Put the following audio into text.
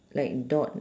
like dot